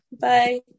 Bye